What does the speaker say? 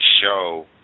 show